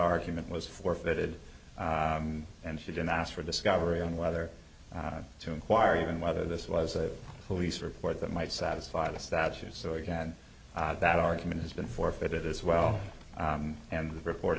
argument was forfeited and she didn't ask for discovery on whether to inquire even whether this was a police report that might satisfy the statute so again that argument has been forfeited as well and the report